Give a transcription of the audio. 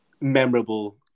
memorable